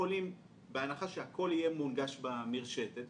בהנחה שהכול יהיה מונגש במרשתת,